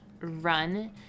run